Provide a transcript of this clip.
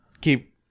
keep